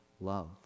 love